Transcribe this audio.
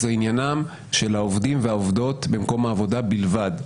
זה עניינם של העובדים והעובדות במקום העבודה בלבד,